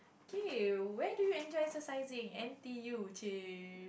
okay where do you enjoy exercising N_T_U !chey!